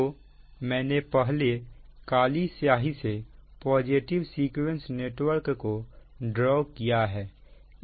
तो मैंने पहले काली स्याही से पॉजिटिव सीक्वेंस नेटवर्क को ड्रॉ किया है